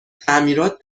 تعمیرات